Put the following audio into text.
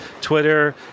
Twitter